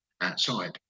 outside